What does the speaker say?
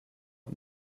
det